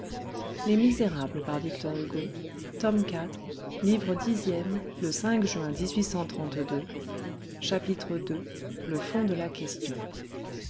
la question chapitre ii le fond de la question